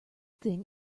thing